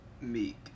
Meek